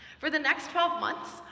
for the next twelve months,